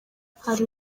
hari